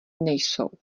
nejsou